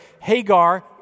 Hagar